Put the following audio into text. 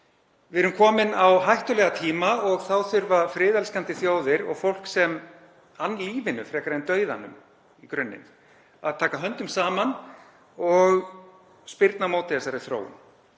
Við erum komin á hættulega tíma og þá þurfa friðelskandi þjóðir og fólk sem ann lífinu frekar en dauðanum í grunninn að taka höndum saman og spyrna á móti þessari þróun.